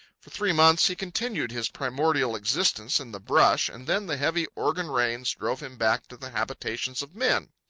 for three months he continued his primordial existence in the brush, and then the heavy oregon rains drove him back to the habitations of men.